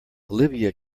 olivia